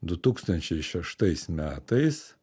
du tūkstančiai šeštais metais